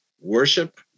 worship